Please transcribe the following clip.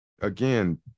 again